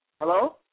Hello